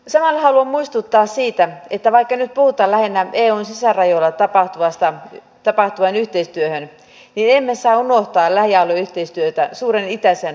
samalla haluan muistuttaa siitä että vaikka nyt puhutaan lähinnä eun sisärajoilla tapahtuvasta yhteistyöstä niin emme saa unohtaa lähialueyhteistyötä suuren itäisen naapurimme kanssa